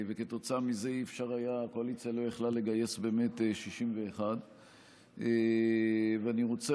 וכתוצאה מזה הקואליציה לא יכלה לגייס 61. אני רוצה